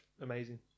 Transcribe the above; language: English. amazing